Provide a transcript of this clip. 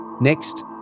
Next